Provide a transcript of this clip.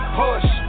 push